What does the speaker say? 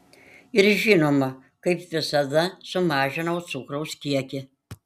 ir žinoma kaip visada sumažinau cukraus kiekį